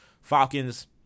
Falcons